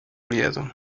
aliado